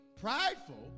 prideful